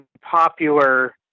popular